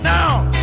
Now